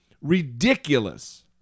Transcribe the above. ridiculous